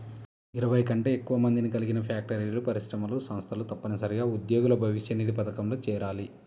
ఇరవై కంటే ఎక్కువ మందిని కలిగిన ఫ్యాక్టరీలు, పరిశ్రమలు, సంస్థలు తప్పనిసరిగా ఉద్యోగుల భవిష్యనిధి పథకంలో చేరాలి